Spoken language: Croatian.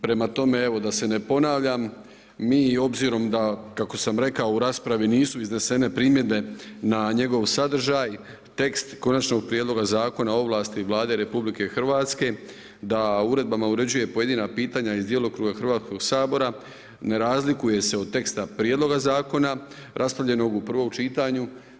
Prema tome, evo da se ne ponavljam, mi obzirom da kako sam rekao u raspravi nisu iznesene primjedbe na njegov sadržaj, tekst Konačnog prijedloga Zakona o ovlasti Vlade RH da uredbama uređuje pojedina pitanja iz djelokruga Hrvatskoga sabora ne razlikuje se od teksta prijedloga zakona raspravljenog u prvom čitanju.